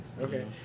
okay